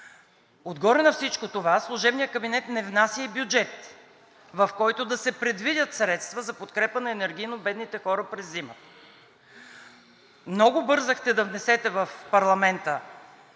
Отгоре на всичко това служебният кабинет не внася и бюджет, в който да се предвидят средства за подкрепа на енергийно бедните хора през зимата. Много бързахте да внесете в парламента